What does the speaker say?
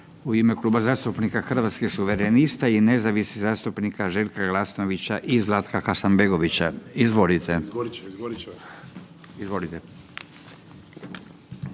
u ime Kluba zastupnika Hrvatskih suverenista i nezavisnih zastupnika Željka Glasnovića i Zlatka Hasanbegovića. Izvolite.